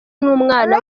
numwana